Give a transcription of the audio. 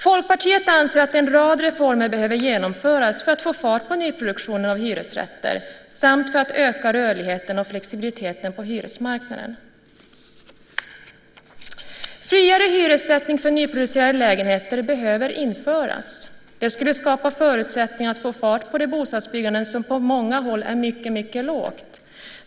Folkpartiet anser att en rad reformer behöver genomföras för att få fart på nyproduktionen av hyresrätter samt för att öka rörligheten och flexibiliteten på hyresmarknaden. Friare hyressättning för nyproducerade lägenheter behöver införas. Det skulle skapa förutsättningar att få fart på det bostadsbyggande som på många håll är mycket lågt.